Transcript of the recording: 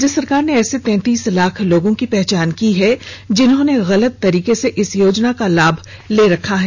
राज्य सरकारों ने ऐसे तैंतीस लाख लोगों की पहचान की है जिन्होंन गलत तरीके से इस योजना का लाभ ले रखा है